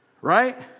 Right